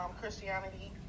Christianity